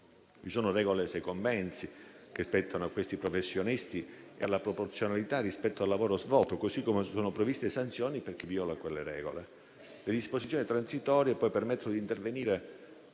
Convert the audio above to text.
Vi sono regole sui compensi che spettano a questi professionisti e alla proporzionalità rispetto al lavoro svolto, così come sono previste sanzioni per chi viola quelle regole. Le disposizioni transitorie poi permettono di intervenire